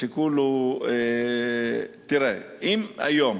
השיקול הוא, תראה, אם היום